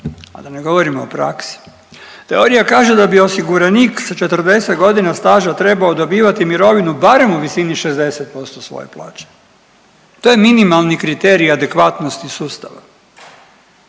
a da ne govorimo o praksi, teorija kaže da bi osiguranik sa 40.g. staža trebao dobivati mirovinu barem u visini 60% svoje plaće, to je minimalni kriterij adekvatnosti sustava.